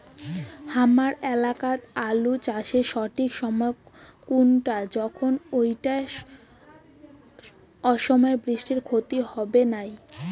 হামার এলাকাত আলু চাষের সঠিক সময় কুনটা যখন এইটা অসময়ের বৃষ্টিত ক্ষতি হবে নাই?